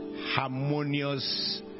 harmonious